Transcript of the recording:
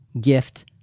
gift